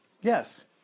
Yes